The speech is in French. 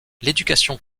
l’éducation